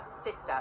sister